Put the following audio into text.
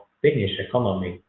finnish economy.